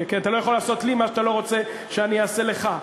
אתה לא יכול לעשות לי מה שאתה לא רוצה שאני אעשה לך,